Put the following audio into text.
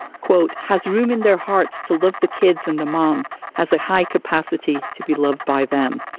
quote, has room in their hearts to love the kids and the mom has a high capacity to be loved by them.